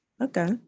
Okay